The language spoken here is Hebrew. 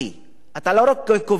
אתה לא רק כובש פיזית,